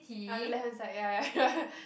on the left hand side ya ya ya